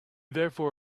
therefore